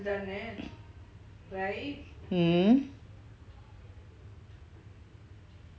mmhmm